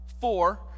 four